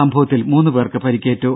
സംഭവത്തിൽ മൂന്നു പേർക്ക് പരിക്കേറ്റു